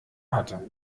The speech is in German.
hatte